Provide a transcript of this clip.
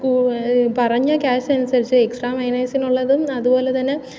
പറഞ്ഞ ക്യാഷ് അനുസരിച്ച് എക്സ്ട്രാ മയണൈസിന് ഉള്ളതും അതുപോലെത്തന്നെ